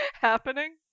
happening